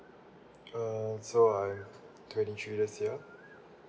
uh so I twenty three this year